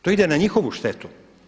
To ide na njihovu štetu.